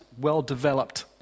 well-developed